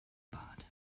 bart